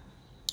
ugh